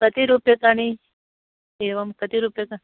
कति रूप्यकाणि एवं कति रूप्यकाणि